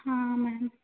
ma'am